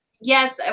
yes